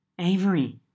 Avery